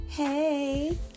Hey